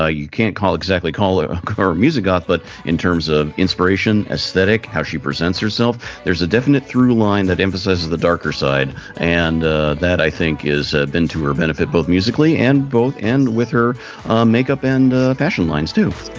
ah you can't call exactly call her ah her music goth but in terms of inspiration aesthetic how she presents herself. there's a definite through line that emphasizes the darker side and ah that i think is ah been to her benefit both musically and both. and with her makeup and fashion lines do